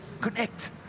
Connect